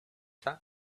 that